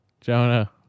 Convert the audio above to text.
Jonah